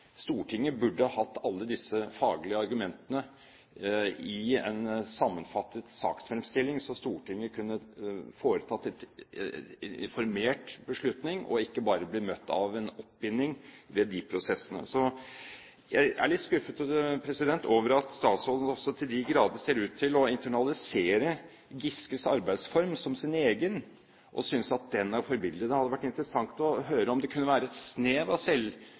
Stortinget burde hatt alle disse faglige argumentene i en sammenfattet saksfremstilling, så Stortinget kunne foretatt en informert beslutning og ikke bare bli møtt av en oppbinding ved de prosessene. Jeg er litt skuffet over at statsråden så til de grader ser ut til å internalisere Giskes arbeidsform og synes den er forbilledlig. Det hadde vært interessant å høre om det kunne være et